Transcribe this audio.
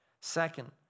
Second